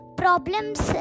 problems